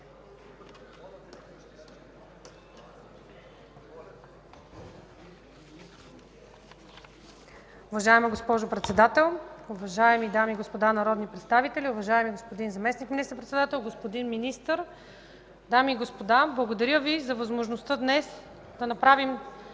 Уважаема госпожо Председател! Уважаеми дами и господа народни представители, уважаеми господин Заместник министър-председател, господин Министър, дами и господа! Благодаря Ви за възможността днес да направим